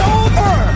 over